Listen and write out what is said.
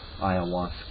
ayahuasca